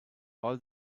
all